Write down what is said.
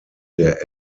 der